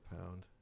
Pound